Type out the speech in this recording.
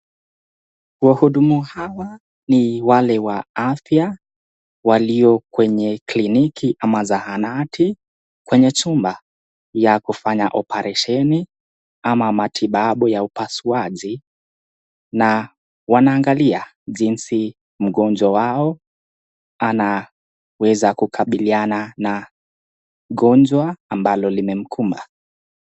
Wahudumu hawa ni wale wa afya walio kwenye kliniki ama zahanati kwenye chumba ya kufanya oparesheni ama matibabu ya upasuaji na wanaangalia jinsi mgonjwa wao anaweza kukabiliana na gonjwa ambalo limemkumba.